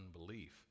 unbelief